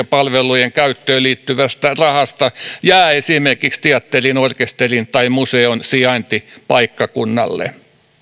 palvelujen käyttöön liittyvästä rahasta jää esimerkiksi teatterin orkesterin tai museon sijaintipaikkakunnalle